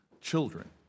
children